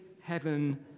heaven